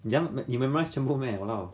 你怎样你 memorize 全部 meh !walao!